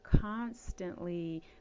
constantly